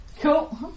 Cool